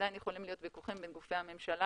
עדיין יכולים להיות ויכוחים בין גופי הממשלה